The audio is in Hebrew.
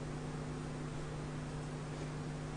בבקשה.